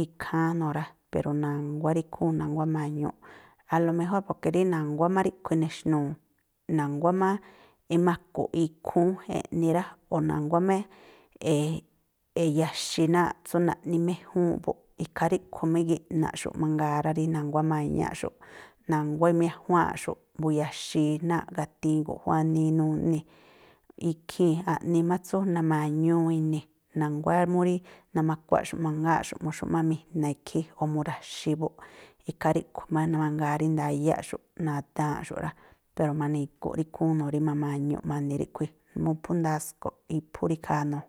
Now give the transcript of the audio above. ikháán no̱o rá, pero na̱nguá rí ikhúún, na̱nguá ima̱ñuꞌ, a lo mejóo̱ poke rí na̱nguá má ríꞌkhui̱ ne̱xnu̱u̱, na̱nguá má imaku̱ꞌ ikhúún eꞌni rá, o̱ na̱nguá má e̱ e̱ya̱xi̱ náa̱ꞌ tsú naꞌniméjúúnꞌ buꞌ. Ikhaa ríꞌkhui̱ má igíꞌnaꞌxu̱ꞌ mangaa rá, rí na̱nguá ima̱ñaꞌxu̱ꞌ, na̱nguá imiéjuáa̱nꞌxu̱ꞌ mbu̱ya̱xi̱i náa̱ꞌ gatiin gu̱jú wanii nuni̱ ikhii̱n, a̱ꞌni má tsú nama̱ñuu i̱ni̱, na̱nguá mú rí namakuaꞌxu̱ꞌ mangáa̱nꞌxu̱ꞌ mu̱xu̱ꞌmámi̱jna̱ ikhí, o̱ mu̱ra̱xi̱ buꞌ. Ikhaa ríꞌkhui̱ má mangaa rí ndayáꞌxu̱ꞌ, nadáa̱nꞌxu̱ꞌ rá. Pero ma̱ni̱gu̱ꞌ rí ikhúún no̱o rí ma̱ma̱ñuꞌ ma̱ni̱ ríꞌkhui̱, numuu phú ndasko̱ꞌ iphú rí ikhaa no̱o.